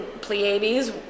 Pleiades